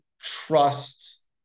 trust